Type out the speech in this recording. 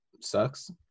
sucks